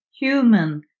human